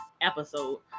episode